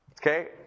Okay